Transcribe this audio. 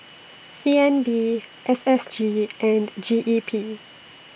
C N B S S G and G E P